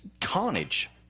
Carnage